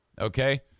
Okay